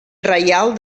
reial